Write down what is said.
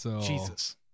Jesus